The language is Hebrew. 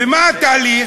ומה התהליך?